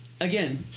again